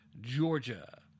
Georgia